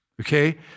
okay